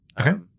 Okay